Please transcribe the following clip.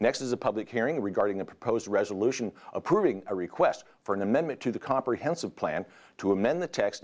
next is a public hearing regarding the proposed resolution approving a request for an amendment to the comprehensive plan to amend the t